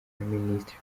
minisitiri